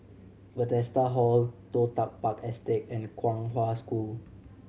Bethesda Hall Toh Tuck Park Estate and Kong Hwa School